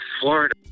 Florida